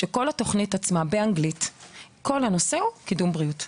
שהנושא שלה הוא קידום בריאות.